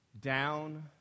down